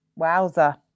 Wowza